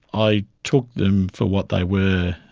i took them for what they were,